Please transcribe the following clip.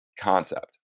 concept